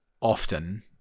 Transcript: often